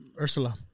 Ursula